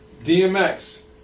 DMX